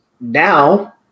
now